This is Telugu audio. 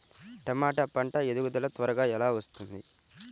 టమాట పంట ఎదుగుదల త్వరగా ఎలా వస్తుంది?